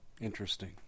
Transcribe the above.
Interesting